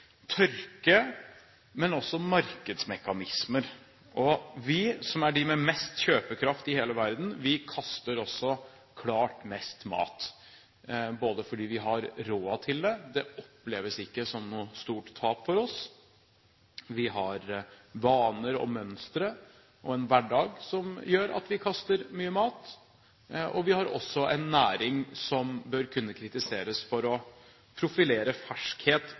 med mest kjøpekraft i hele verden, kaster også klart mest mat fordi vi har råd til det, det oppleves ikke som noe stort tap for oss, og vi har vaner, mønstre og en hverdag som gjør at vi kaster mye mat. Vi har også en næring som bør kunne kritiseres for å profilere